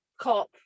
cop